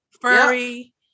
furry